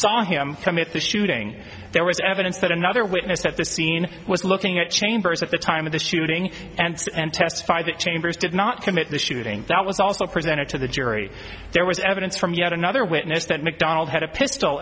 saw him commit the shooting there was evidence that another witness at the scene was looking at chambers at the time of the shooting and testified that chambers did not commit the getting that was also presented to the jury there was evidence from yet another witness that macdonald had a pistol